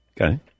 Okay